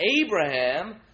Abraham